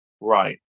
Right